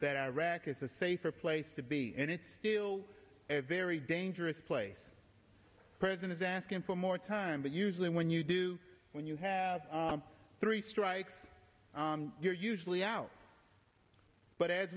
that iraq is a safer place to be and it's still a very dangerous place person is asking for more time but usually when you do when you have three strikes you're usually out but as